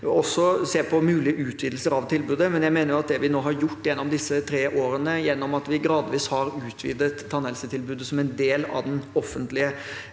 – og også se på mulige utvidelser av tilbudet. Likevel mener jeg at det vi nå har gjort gjennom disse tre årene, gjennom at vi gradvis har utvidet tannhelsetilbudet som en del av det offentlige